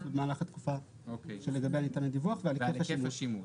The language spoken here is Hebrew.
במהלך התקופה שלגביה ניתן הדיווח ועל היקף השימוש".